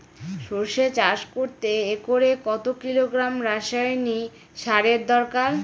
সরষে চাষ করতে একরে কত কিলোগ্রাম রাসায়নি সারের দরকার?